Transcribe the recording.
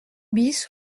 bis